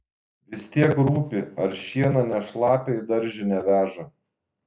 vis tiek rūpi ar šieną ne šlapią į daržinę veža